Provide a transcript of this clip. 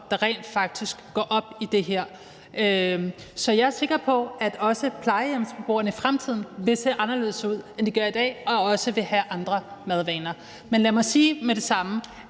der rent faktisk går op i det her. Så jeg er også sikker på, at plejehjemsbeboerne i fremtiden vil se anderledes ud, end de gør i dag, og også vil have andre madvaner. Men lad mig med det samme